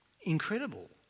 incredible